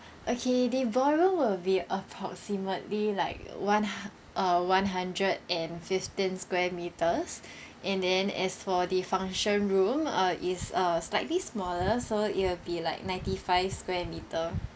okay the ballroom will be approximately like one hund~ uh one hundred and fifteen square meters and then as for the function room uh is uh slightly smaller so it'll be like ninety five square meter